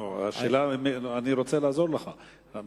אני רוצה לעזור לך.